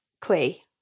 clay